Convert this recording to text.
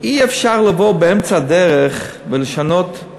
אי-אפשר לבוא באמצע הדרך ולשנות את